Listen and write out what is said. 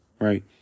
right